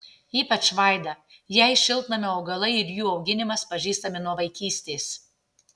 ypač vaida jai šiltnamio augalai ir jų auginimas pažįstami nuo vaikystės